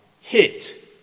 hit